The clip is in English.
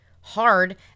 hard